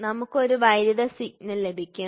നമുക്ക് ഒരു വൈദ്യുത സിഗ്നൽ ലഭിക്കും